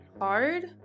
hard